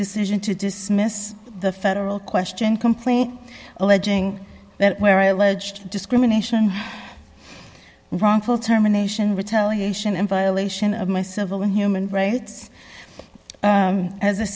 decision to dismiss the federal question complaint alleging that where i alleged discrimination wrongful termination retaliation and violation of my civil and human rights as a